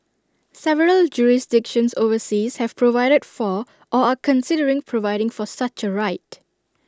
several jurisdictions overseas have provided for or are considering providing for such A right